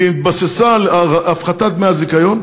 כי היא התבססה על הפחתת דמי הזיכיון,